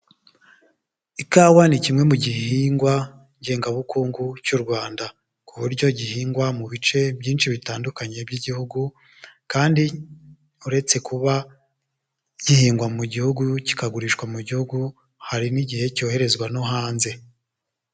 Ikawa ni kimwe mu gihingwa ngengabukungu cy'u Rwanda, ku buryo gihingwa mu bice byinshi bitandukanye by'igihugu, kandi uretse kuba gihingwa mu gihugu kikanagurishwa mu gihugu hari igihe cyoherezwa no hanze.